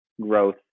growth